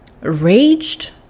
raged